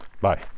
bye